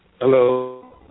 Hello